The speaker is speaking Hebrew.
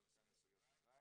אני סוגר סוגריים